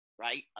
right